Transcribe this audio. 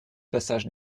passage